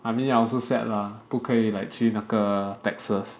I mean I also sad lah 不可以去那个 Texas